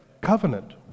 Covenant